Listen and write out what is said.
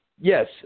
yes